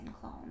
clone